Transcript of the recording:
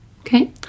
Okay